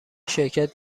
شرکت